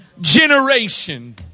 generation